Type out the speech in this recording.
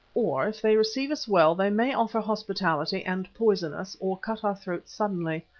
or, if they receive us well, they may offer hospitality and poison us, or cut our throats suddenly.